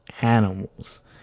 Animals